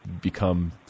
become